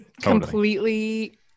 completely